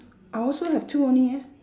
I also have two only leh